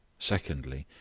secondly,